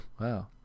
Wow